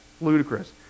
Ludicrous